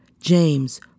James